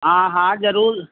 हा हा जरूर